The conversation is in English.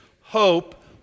hope